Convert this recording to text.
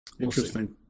Interesting